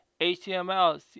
HTML